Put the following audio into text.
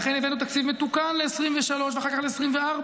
לכן הבאנו תקציב מתוקן ל-2023 ואחר כך ל-2024.